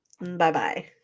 bye-bye